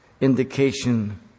indication